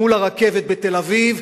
מול הרכבת בתל-אביב,